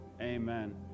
amen